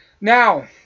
Now